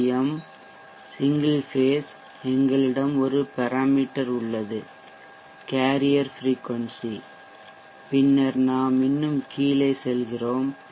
M single phase எங்களிடம் ஒரு parameter உள்ளது கேரியர் ஃப்ரிகொன்சி பின்னர் நாம் இன்னும் கீழே செல்கிறோம் பி